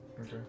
Okay